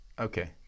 Okay